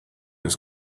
ist